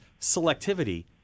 selectivity